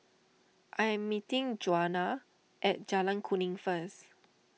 I am meeting Djuana at Jalan Kuning first